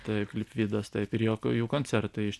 taip likvidas taip ir jo jų koncertai iš